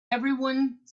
everyone